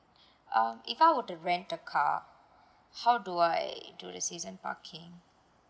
um if I were to rent a car how do I do the season parking